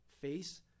Face